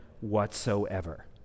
whatsoever